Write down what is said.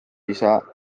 isa